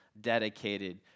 dedicated